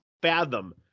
fathom